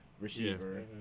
receiver